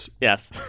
Yes